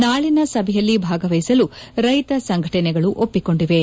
ನಾಳಿನ ಸಭೆಯಲ್ಲಿ ಭಾಗವಹಿಸಲು ರೈತ ಸಂಘಟನೆಗಳು ಒಪ್ಪಿಕೊಂಡಿವೆ